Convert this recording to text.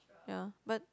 ya but